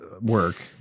work